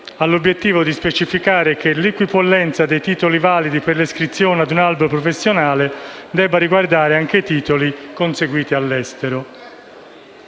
semplicemente per specificare che l'equipollenza dei titoli validi per l'iscrizione a un albo professionale debba riguardare anche quelli conseguiti all'estero.